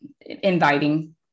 inviting